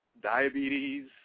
diabetes